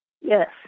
Yes